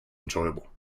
enjoyable